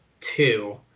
two